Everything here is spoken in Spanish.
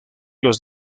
los